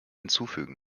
hinzufügen